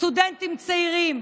סטודנטים צעירים,